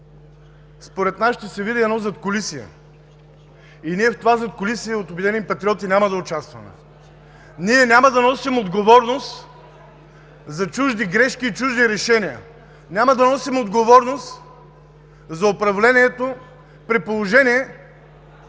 Според нас днес ще се види едно задкулисие. В това задкулисие от „Обединени патриоти“ няма да участваме, няма да носим отговорност за чужди грешки и чужди решения. Няма да носим отговорност за управлението, при положение